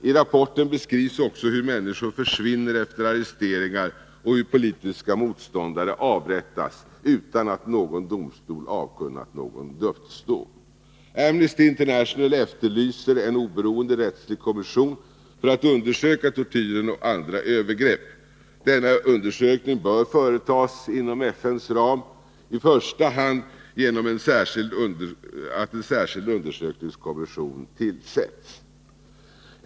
I rapporten beskrivs också hur människor försvinner efter arresteringar och hur politiska motståndare avrättas utan att någon domstol har avkunnat någon dödsdom. Amnesty International efterlyser en oberoende rättslig kommission för att undersöka tortyr och andra övergrepp. Denna undersökning bör företas inom FN:s ram, i första hand genom att en särskild undersökningskommission tillsätts.